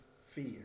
fear